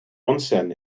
onsen